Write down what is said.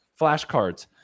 flashcards